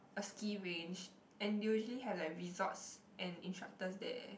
a ski range and they'll usually have like resorts and instructor there